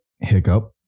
hiccup